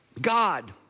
God